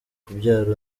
kubyara